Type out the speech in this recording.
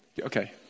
Okay